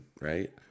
right